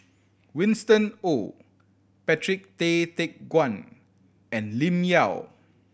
Winston Oh Patrick Tay Teck Guan and Lim Yau